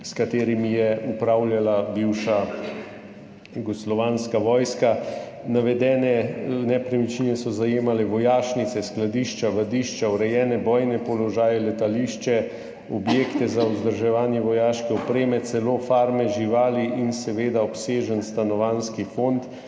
s katerimi je upravljala bivša jugoslovanska vojska. Navedene nepremičnine so zajemale vojašnice, skladišča, vadišča, urejene bojne položaje, letališče, objekte za vzdrževanje vojaške opreme, celo farme živali in seveda obsežen stanovanjski fond,